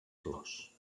flors